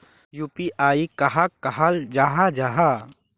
UPI कहाक कहाल जाहा जाहा?